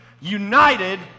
United